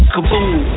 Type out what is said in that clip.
Kaboom